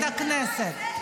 את הכנסת.